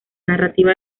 narrativa